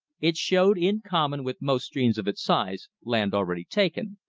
it showed, in common with most streams of its size, land already taken,